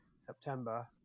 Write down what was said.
September